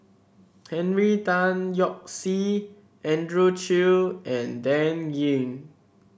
Henry Tan Yoke See Andrew Chew and Dan Ying